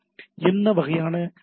என்ன வகையான எம்